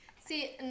See